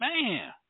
man